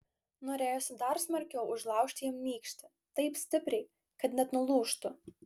norėjosi dar smarkiau užlaužti jam nykštį taip stipriai kad net nulūžtų